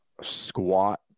squat